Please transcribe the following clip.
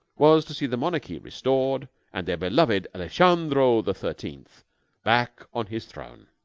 was to see the monarchy restored and their beloved alejandro the thirteenth back on his throne.